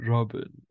Robin